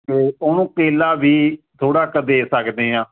ਤੇ ਉਹਨੂੰ ਕੇਲਾ ਵਗੈਰਾ ਵੀ ਥੋੜਾ ਕ ਦੇ ਸਕਦੇ ਆ